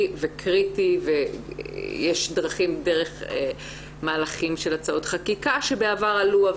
וקריטי ויש דרך מהלכים של הצעות חקיקה שבעבר עלו,